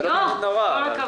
כן, כל הכבוד.